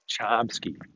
Chomsky